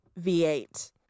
V8